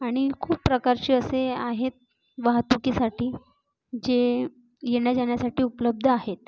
आणि खूप प्रकारचे असे आहेत वाहतुकीसाठी जे येण्याजाण्यासाठी उपलब्ध आहेत